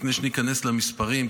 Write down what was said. לפני שניכנס למספרים,